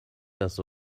دست